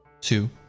two